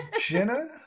jenna